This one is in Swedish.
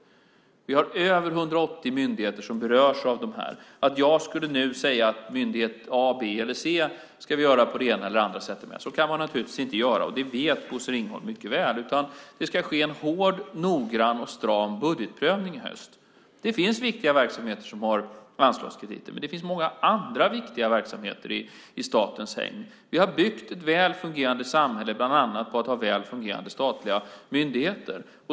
Vi har över 180 myndigheter som berörs. Jag kan naturligtvis inte nu säga att med myndighet A, B eller C ska vi göra på det ena eller det andra sättet. Det vet Bosse Ringholm mycket väl. Det ska ske en hård, noggrann och stram budgetprövning i höst. Det finns viktiga verksamheter som har anslagskrediter, men det finns många andra viktiga verksamheter i statens hägn. Vi har byggt ett väl fungerande samhälle bland annat på att vi har väl fungerande statliga myndigheter.